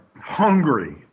hungry